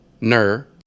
Ner